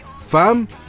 fam